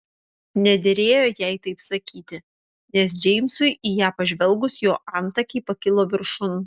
nederėjo jai taip sakyti nes džeimsui į ją pažvelgus jo antakiai pakilo viršun